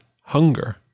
hunger